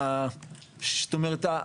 זאת אומרת,